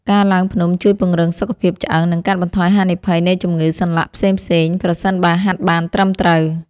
ការឡើងភ្នំជួយពង្រឹងសុខភាពឆ្អឹង និងកាត់បន្ថយហានិភ័យនៃជំងឺសន្លាក់ផ្សេងៗ ប្រសិនបើហាត់បានត្រឹមត្រូវ។